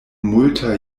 multaj